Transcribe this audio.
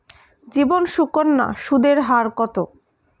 জীবন সুকন্যা সুদের হার কত?